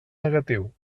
negatiu